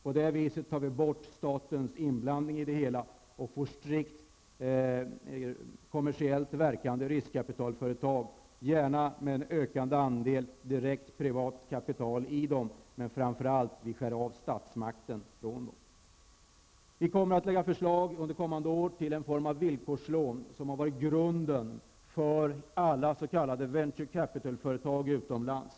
På detta sätt tar vi bort statens inblandning i det hela och får strikt kommersiellt verkande riskkapitalföretag, gärna med en ökande andel direkt privat kapital i dem. Framför allt skär vi av statsmakten från dem. Under kommande år kommer vi att lägga förslag till en form av villkorslån som har varit grunden för alla s.k. venture-capital-företag utomlands.